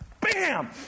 Bam